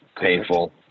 painful